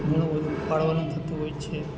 ઘણું બધું ઉપાડવાનું થતું હોય છે